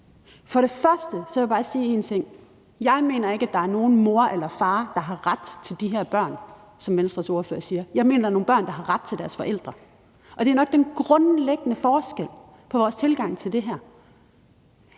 For det første vil jeg bare sige én ting: Jeg mener ikke, at der er nogen mor eller far, der har ret til de her børn, sådan som Venstres ordfører siger. Jeg mener, at der er nogle børn, der har ret til deres forældre. Og det er nok den grundlæggende forskel på vores tilgang til det her.